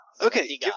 Okay